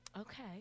Okay